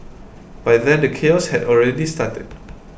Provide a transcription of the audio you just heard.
by then the chaos had already started